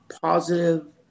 positive